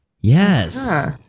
Yes